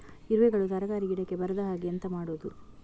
ಇರುವೆಗಳು ತರಕಾರಿ ಗಿಡಕ್ಕೆ ಬರದ ಹಾಗೆ ಎಂತ ಮಾಡುದು?